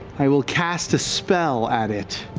i will cast a spell at it,